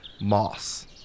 moss